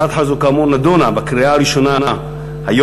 הצעת חוק זו כאמור נדונה בקריאה ראשונה היום,